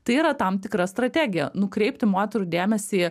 tai yra tam tikra strategija nukreipti moterų dėmesį